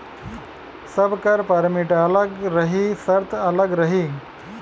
सबकर परमिट अलग रही सर्त अलग रही